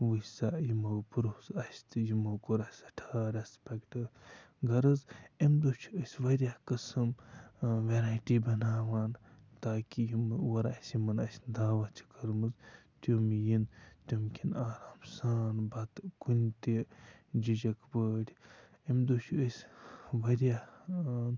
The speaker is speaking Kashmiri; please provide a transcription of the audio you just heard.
وٕچھ سا یِمو پرُژھ اَسہِ تہِ یِمو کوٚر اَسہِ سٮ۪ٹھاہ رٮ۪سپٮ۪کٹ غرض اَمہِ دۄہ چھِ أسۍ واریاہ قٕسٕم وٮ۪رایٹی بَناوان تاکہِ یِم اورٕ اَسہِ یِمَن اَسہِ دعوَت چھِ کٔرمٕژ تِم یِن تِم کھٮ۪ن آرام سان بَتہٕ کُنہِ تہِ جِجَکھ پٲٹھۍ اَمہِ دۄہ چھِ أسۍ واریاہ